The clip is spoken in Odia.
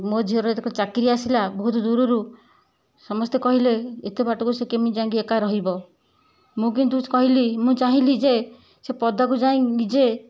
ମୋ ଝିଅର ଯେତେବେଳେ ଚାକିରି ଆସିଲା ବହୁତ ଦୂରରୁ ସମସ୍ତେ କହିଲେ ଏତେ ବାଟକୁ ସେ କେମିତ ଯାଇକି ଏକା ରହିବ ମୁଁ କିନ୍ତୁ କହିଲି ମୁଁ ଚାହିଁଲି ଯେ ସେ ପଦାକୁ ଯାଇ ନିଜେ